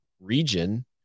region